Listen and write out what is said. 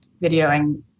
videoing